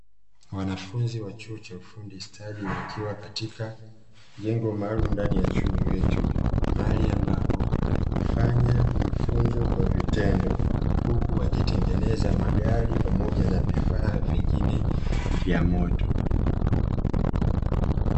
Wanafunzi wa chuo cha ufundi stadi wakiwa katika jengo maalumu ndani ya chuo hicho; mahali ambapo hufanya mafunzo kwa vitendo huku wakitengeneza magari pamoja na vifaa vingine vya moto.